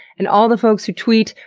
and all the folks who tweet,